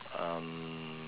um